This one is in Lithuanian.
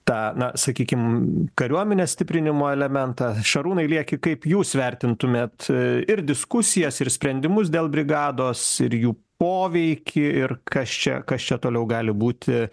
tą na sakykim kariuomenės stiprinimo elementą šarūnai lieki kaip jūs vertintumėt ir diskusijas ir sprendimus dėl brigados ir jų poveikį ir kas čia kas čia toliau gali būti